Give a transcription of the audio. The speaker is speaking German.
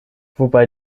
wobei